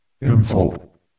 Insult